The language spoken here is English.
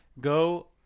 go